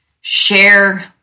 share